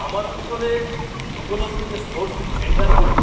আমার অঞ্চলে উপলব্ধ যে স্পোর্টস সেন্টারগুলি